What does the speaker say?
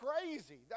crazy